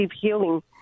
healing